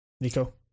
Nico